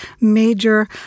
major